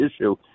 issue